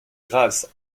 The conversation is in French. grace